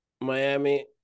Miami